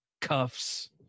cuffs